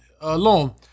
alone